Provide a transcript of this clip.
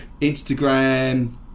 Instagram